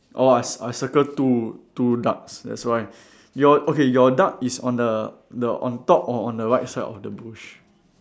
orh I c~ I circle two two ducks that's why your okay your duck is on the the on top or on the right side of the bush